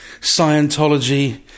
Scientology